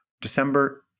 December